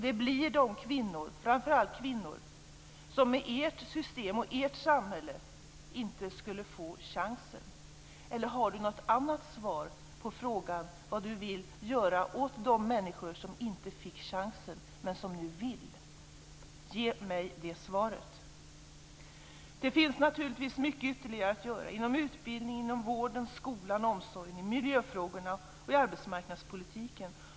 Det blir framför allt de kvinnor som med ert system och i ert samhälle inte skulle få chansen. Eller har Kent Olsson något annat svar på frågan vad han vill göra för de människor som inte fick chansen men som vill göra något nu? Ge mig det svaret. Det finns naturligtvis mycket ytterligare att göra inom utbildningen, vården, skolan, omsorgen, miljöfrågorna och i arbetsmarknadspolitiken.